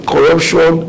Corruption